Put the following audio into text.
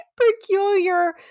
peculiar